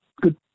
good